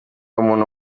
umuntu